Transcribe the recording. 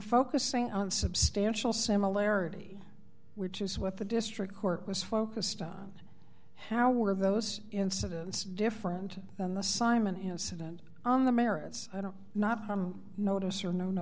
focusing on substantial similarity which is what the district court was focused on how were those incidents different than the simon incident on the merits i don't not notice or no no